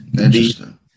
Interesting